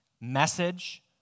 message